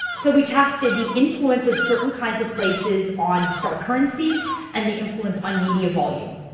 so we tested the influence of certain kinds of places on star currency and the influence on media volume.